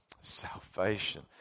Salvation